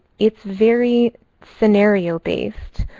it's very scenario based.